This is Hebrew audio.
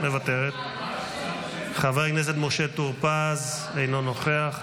מוותרת, חבר הכנסת משה טור פז, אינו נוכח,